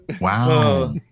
Wow